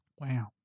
Wow